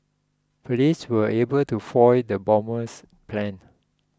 police were able to foil the bomber's plans